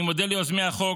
אני מודה ליוזמי החוק,